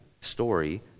story